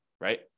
right